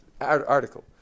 article